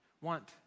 want